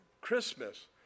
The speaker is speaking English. Christmas